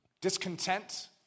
Discontent